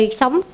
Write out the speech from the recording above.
sống